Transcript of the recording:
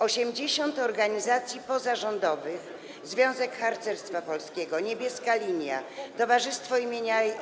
80 organizacji pozarządowych, Związek Harcerstwa Polskiego, Niebieska Linia, towarzystwo im.